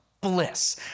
bliss